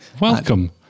Welcome